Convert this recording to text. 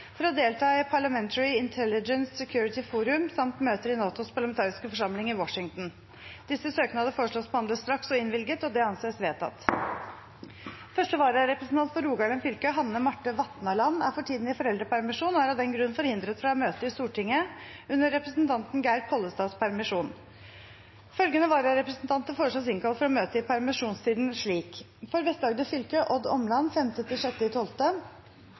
for å delta i Parliamentary Intelligence Security Forum samt møter i NATOs parlamentariske forsamling i Washington Disse søknader foreslås behandlet straks og innvilget. – Det anses vedtatt. Første vararepresentant for Rogaland fylke, Hanne Marte Vatnaland , er for tiden i foreldrepermisjon og er av den grunn forhindret fra å møte i Stortinget under representanten Geir Pollestads permisjon. Følgende vararepresentanter foreslås innkalt for å møte i permisjonstiden slik: For Vest-Agder fylke: Odd Omland